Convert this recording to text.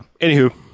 Anywho